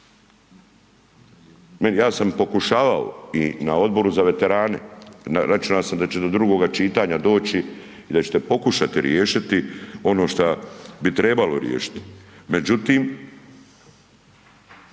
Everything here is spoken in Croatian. ja sam pokušao i na Odboru za veterane, računao sam da će do drugoga čitanja doći i da ćete pokušati riješiti ono što bi trebalo riješiti,